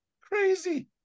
Crazy